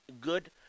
good